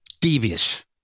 Devious